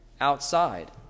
outside